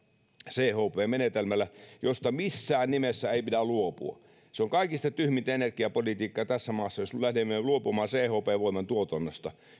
chp menetelmällä josta missään nimessä ei pidä luopua se on kaikista tyhmintä energiapolitiikkaa tässä maassa jos lähdemme luopumaan chp voiman tuotannosta